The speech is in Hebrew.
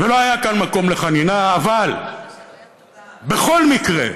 ולא היה כאן מקום לחנינה, אבל בכל מקרה,